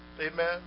Amen